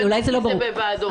לטעמנו גם הן לא נתמכות בראיות.